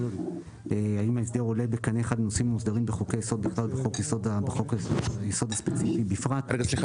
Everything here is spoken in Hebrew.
האם עולה בקנה אחד עם --- וחוקי יסוד הספציפי בפרט -- סליחה,